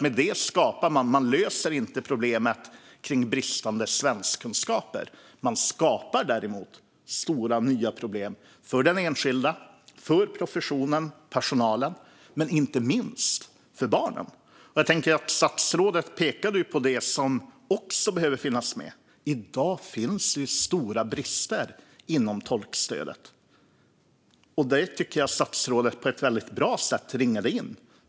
Med det löser man inte problemet med bristande svenskkunskaper; man skapar däremot stora nya problem för den enskilda, för professionen och personalen och inte minst för barnen. Statsrådet pekade på det som också behöver finnas med. I dag finns det stora brister inom tolkstödet, och det tycker jag att statsrådet ringade in på ett väldigt bra sätt.